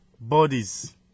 bodies